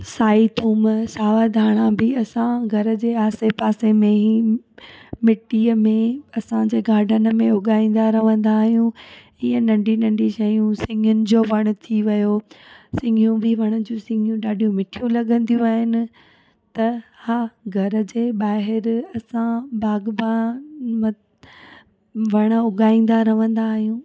साही थूम सावा धाणा बि असां घर जे आसे पासे में ई मिटीअ में असांजे गाडन में उगाईंदा रवंदा आयूं ईअं नंढी नंढी शयूं सिंगियुनि वण थी वियो सिंगियूं बि वण जूं सिंगियूं बि ॾाढियूं मिठियूं लॻंदियूं आहिनि त हा घर जे ॿाहिरि असां भागबान मां वण उघाईंदा रहंदा आहियूं